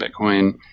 bitcoin